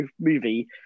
movie